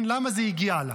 למה זה הגיע לה?